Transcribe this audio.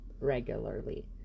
regularly